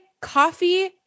coffee